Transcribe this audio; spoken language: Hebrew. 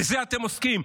בזה אתם עוסקים,